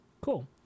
cool